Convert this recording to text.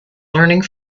learning